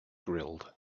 grilled